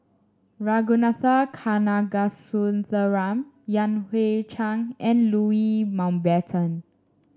Ragunathar Kanagasuntheram Yan Hui Chang and Louis Mountbatten